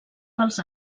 pels